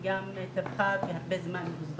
זה הרבה זמן מבוזבז,